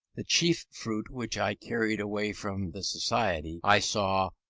the chief fruit which i carried away from the society i saw,